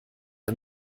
ein